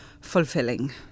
fulfilling